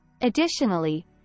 Additionally